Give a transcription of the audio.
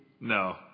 No